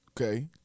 Okay